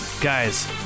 guys